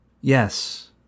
Yes